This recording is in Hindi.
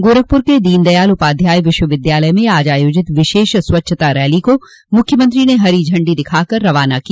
गोरखपुर के दीनदयाल उपाध्याय विश्वविद्यालय में आज आयोजित विशेष स्वच्छता रैली को मुख्यमंत्री ने हरी झंडी दिखाकर रवाना किया